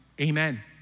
amen